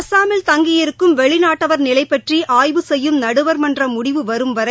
அஸ்ஸாமில் தங்கியிருக்கும் வெளிநாட்டவர் நிலை பற்றி ஆய்வு செய்யும் நடுவர்மன்ற முடிவு வரும் வரை